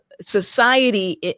society